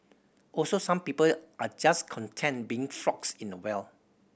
also some people are just content being frogs in a well